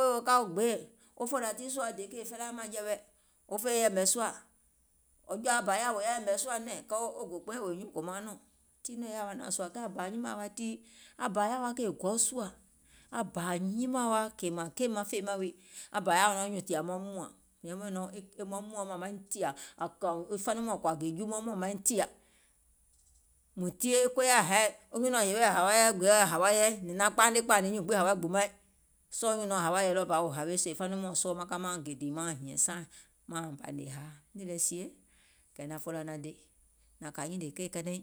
wèè wo ka gbeè wo fòlȧ tii sùȧ wo dè kèè felaaȧ maŋjɛ̀wɛ, wo fèiŋ yɛ̀mɛ̀ sùȧ, wo jɔ̀ȧa bȧ yaȧa wò yaȧ yɛ̀mɛ̀ sùȧ nɛ̀ŋ kɛɛ wo gò kpɛɛ̀ŋ wèè nyuùŋ kòmauŋ nɔɔ̀ŋ, tiŋ nɔŋ è yaȧ wa naȧŋ sùȧ, aŋ nyimȧȧŋ wa tii, aŋ bȧ yaȧ wa keì gɔu sùȧ, aŋ bȧ nyimȧȧŋ wa kèè mȧŋ kei maŋ fȧȧ wiiŋ, ȧŋ yaȧ wa nɔŋ nyuùŋ tiȧ maŋ mùȧŋ, ȧŋ yɛmɛ̀ nɔŋ maŋ muȧum mȧŋ maŋ tìȧ, faniŋ mɔɔ̀ŋ kɔ̀ȧ gè juumuaum mȧŋ maiŋ tìȧ, mùŋ tie koya haì wo nyùnɔ̀ɔŋ yè wɛɛ̀ hawa yɛi wɛɛ̀ hawa yɛi, nìŋ naŋ kpaane kpȧȧnè nìŋ hawa gbùmaìŋ, sɔɔ̀ hawȧ yɛi ɗɔɔbȧ sèè fanuuŋ nɔɔ̀ŋ sɔɔ maŋ ka mauŋ gè dìì mauŋ hiȧŋ saaìŋ mauŋ bȧnè hȧa, nìì lɛ sie kɛ̀ nȧŋ fòlȧ nȧŋ dè nȧŋ kà nyìnìè keì kɛnɛiŋ